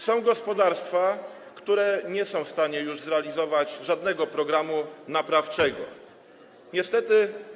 Są gospodarstwa, które nie są w stanie już zrealizować żadnego programu naprawczego, niestety.